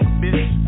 bitch